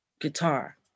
guitar